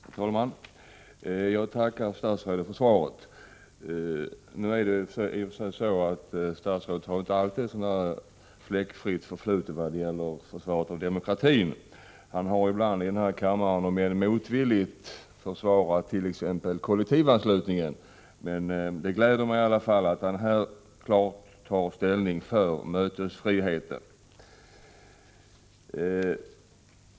Herr talman! Jag tackar statsrådet för svaret. Nu är det i och för sig så, att statsrådet inte alltid haft ett fläckfritt förflutet när det gäller försvaret av demokratin. Han har ibland i denna kammare, om än motvilligt, försvarat t.ex. kollektivanslutningen. Men det gläder mig i alla fall att han här klart tar ställning för mötesfriheten.